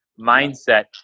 mindset